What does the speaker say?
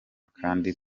kandi